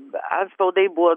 be antspaudai buvo